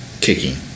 kicking